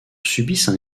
subissent